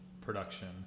production